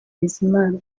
bizimana